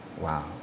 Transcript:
Wow